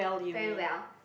very well